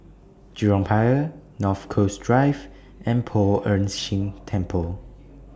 Jurong Pier North Coast Drive and Poh Ern Shih Temple